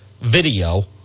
video